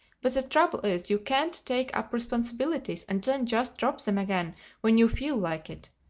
but the trouble is, you can't take up responsibilities and then just drop them again when you feel like it.